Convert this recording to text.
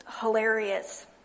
hilarious